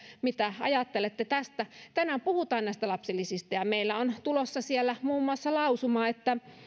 mitä ajattelette tästä koska tänään puhutaan näistä lapsilisistä ja meillä on tulossa siellä muun muassa lausuma että